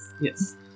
Yes